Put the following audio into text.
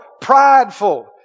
Prideful